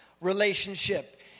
relationship